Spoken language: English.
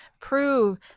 prove